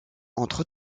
entre